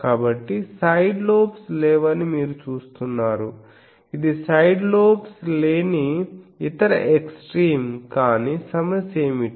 కాబట్టి side lobes లేవని మీరు చూస్తున్నారు ఇది సైడ్ లోబ్స్ లేని ఇతర ఎక్స్ట్రీమ్ కానీ సమస్య ఏమిటి